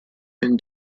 and